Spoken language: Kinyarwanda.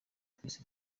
twese